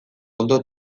ondo